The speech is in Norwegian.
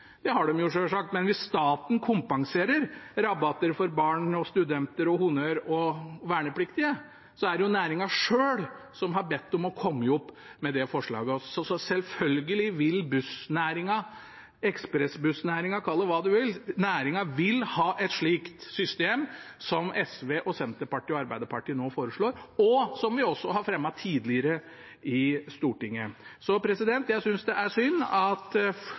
det har de selvsagt – men hvis staten kompenserer rabatter for barn og studenter og honnør og vernepliktige, er det næringen selv som har bedt om og kommet opp med det forslaget. Selvfølgelig vil bussnæringen – eller ekspressbussnæringen, kall det hva du vil – ha et slikt system som SV, Senterpartiet og Arbeiderpartiet nå foreslår, og som vi også har fremmet forslag om tidligere i Stortinget. Jeg synes det er synd at